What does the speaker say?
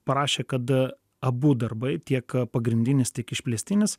parašė kad abu darbai tiek pagrindinis teik išplėstinis